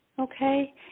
Okay